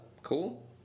Cool